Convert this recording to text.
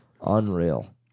Unreal